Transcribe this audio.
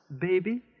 baby